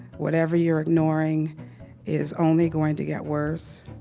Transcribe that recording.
whatever you're ignoring is only going to get worse.